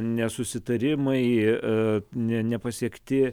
nesusitarimai nepasiekti